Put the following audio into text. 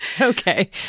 Okay